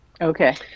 okay